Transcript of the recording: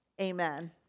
amen